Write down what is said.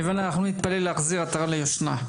לבנה, אנחנו נתפלל להחזיר עטרה ליושנה.